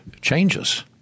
changes